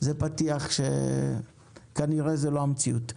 זה פתיח שהוא כנראה לא המציאות.